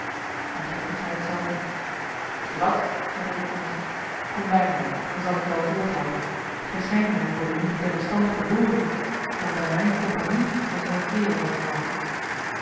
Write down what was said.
eigenlijk wist hij het zelf niet weet je wat zei de ridmeester kom bij mij dan zal ik je wel voorthelpen gij schijnt mij voor den militairen stand geboren kom bij mijne kompagnie en ik zal een kerel van je maken